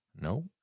No